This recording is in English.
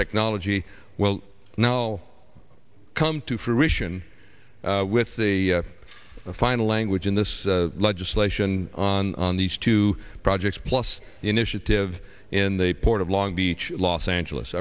technology well now come to fruition with the final language in this legislation on on these two projects plus initiative in the port of long beach los angeles